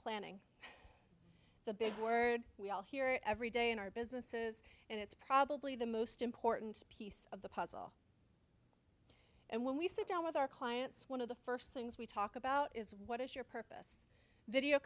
planning it's a big word we all hear every day in our businesses and it's probably the most important piece of the puzzle and when we sit down with our clients one of the first things we talk about is what is your purpose video